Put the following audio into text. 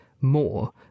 more